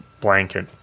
blanket